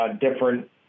different